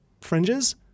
fringes